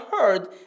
heard